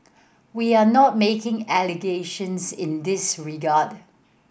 we are not making allegations in this regard